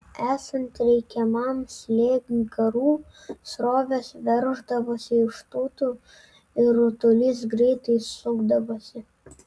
esant reikiamam slėgiui garų srovės verždavosi iš tūtų ir rutulys greitai sukdavosi